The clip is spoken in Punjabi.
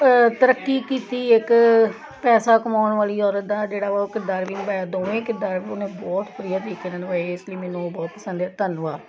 ਤਰੱਕੀ ਕੀਤੀ ਇੱਕ ਪੈਸਾ ਕਮਾਉਣ ਵਾਲੀ ਔਰਤ ਦਾ ਜਿਹੜਾ ਵਾ ਉਹ ਕਿਰਦਾਰ ਵੀ ਨਿਭਾਇਆ ਦੋਵੇਂ ਕਿਰਦਾਰ ਉਹਨੇ ਬਹੁਤ ਵਧੀਆ ਤਰੀਕੇ ਨਾਲ ਨਿਭਾਏ ਇਸ ਲਈ ਮੈਨੂੰ ਉਹ ਬਹੁਤ ਪਸੰਦ ਆ ਧੰਨਵਾਦ